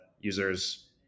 users